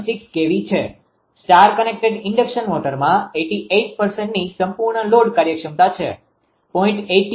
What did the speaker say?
star connected induction મોટરમાં 88 ની સંપૂર્ણ લોડ કાર્યક્ષમતા છે 0